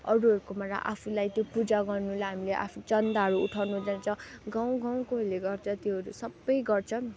अरूहरूकोबाट आफूलाई त्यो पूजा गर्नुलाई हामीले आफू चन्दाहरू उठाउन जान्छौँ गाउँ गाउँकोहरूले गर्छ त्योहरू सबै गर्छन्